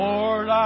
Lord